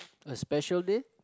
a special day